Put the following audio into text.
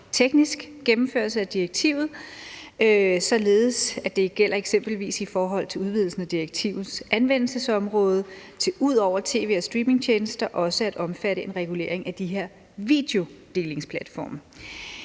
teknisk gennemførelse af direktivet, således at det eksempelvis i forhold til udvidelsen af direktivets anvendelsesområde ud over tv- og streamingtjenester også omfatter en regulering af de her videodelingsplatforme.